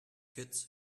kids